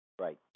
Right